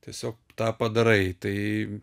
tiesiog tą padarai tai